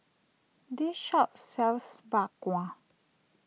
this shop sells Bak Kwa